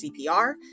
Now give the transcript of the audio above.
CPR